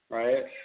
right